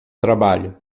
trabalho